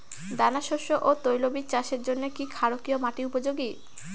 দানাশস্য ও তৈলবীজ চাষের জন্য কি ক্ষারকীয় মাটি উপযোগী?